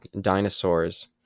dinosaurs